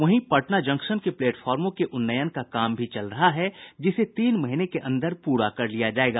वहीं पटना जंक्शन के प्लेटफार्मों के उन्नयन का काम भी चल रहा है जिसे तीन महीने के अंदर पूरा कर लिया जायेगा